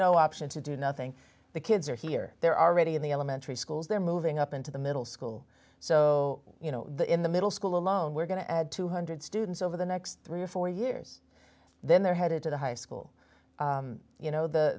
no option to do nothing the kids are here there are already in the elementary schools they're moving up into the middle school so you know in the middle school alone we're going to add two hundred dollars students over the next three or four years then they're headed to the high school you know the